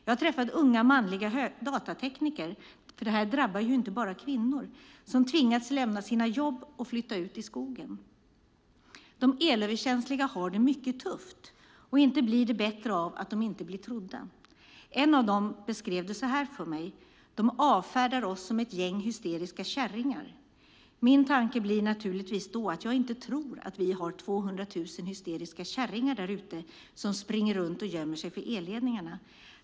Jag har träffat unga manliga datatekniker - det drabbar ju inte bara kvinnor - som tvingats lämna sina jobb och flytta ut i skogen. De elöverkänsliga har det mycket tufft, och inte blir det bättre av att de inte blir trodda. En av dem beskrev det så här för mig: De avfärdar oss som ett gäng hysteriska kärringar. Min tanke blir naturligtvis då att jag inte tror att vi har 200 000 hysteriska kärringar där ute som springer runt och gömmer sig för elledningarna.